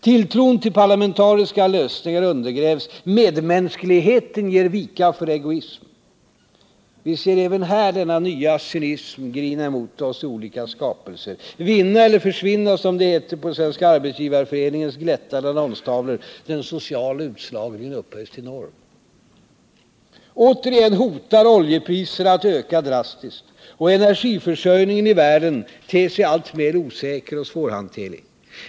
Tilltron till parlamentariska lösningar undergrävs, medmänskligheten ger vika för egoism. Vi ser även här denna nya cynism grina emot oss i olika skapelser. Vinna eller försvinna, som det heter på Svenska arbetsgivareföreningens glättade annonstavlor. Den sociala utslagningen upphöjes till norm. Återigen hotar oljepriserna att öka drastiskt och energiförsörjningen i världen ter sig alltmer osäker och svårhanterlig.